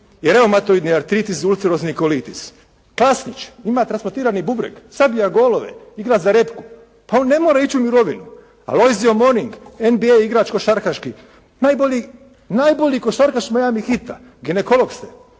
I reumatoidni artritis, ulcerozni kolitis. Klasnić, ima transplantirani bubreg. Zabija golove, igra za … /Govornik se ne razumije./ … Pa on ne mora ići u mirovinu. Aloizio Moring, NBA igrač košarkaški, najbolji, najbolji košarkaš Miami Hita. Ginekolog ste,